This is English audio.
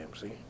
see